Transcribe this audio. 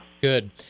Good